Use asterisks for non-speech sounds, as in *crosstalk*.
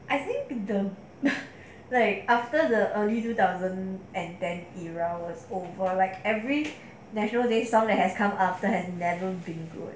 I think is the like *breath* wait after the early two thousand and ten eleven onwards over right every national day song that has come after had never been good